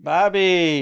Bobby